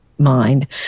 mind